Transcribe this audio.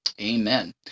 Amen